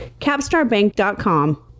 CapstarBank.com